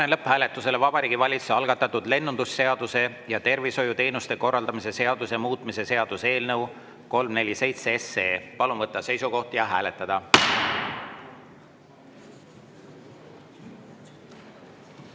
lõpphääletusele Vabariigi Valitsuse algatatud lennundusseaduse ja tervishoiuteenuste korraldamise seaduse muutmise seaduse eelnõu 347. Palun võtta seisukoht ja hääletada!